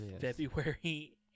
February